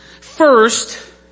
First